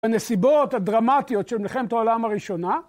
בנסיבות הדרמטיות של מלחמת העולם הראשונה...